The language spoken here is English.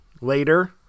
later